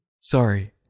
Sorry